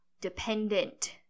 dependent